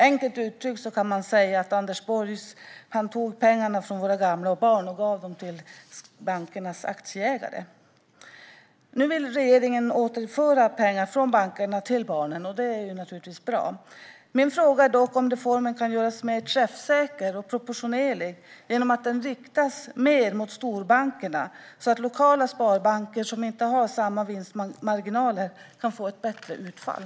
Enkelt uttryckt kan man säga att Anders Borg tog pengarna från våra gamla och barn och gav dem till bankernas aktieägare. Nu vill regeringen återföra pengar från bankerna till barnen, och det är naturligtvis bra. Min fråga är dock: Kan reformen göras mer träffsäker och proportionerlig genom att den riktas mer mot storbankerna så att lokala sparbanker som inte har samma vinstmarginaler kan få ett bättre utfall?